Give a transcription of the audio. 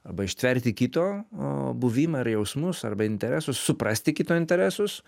arba ištverti kito buvimą ir jausmus arba interesus suprasti kito interesus